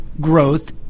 growth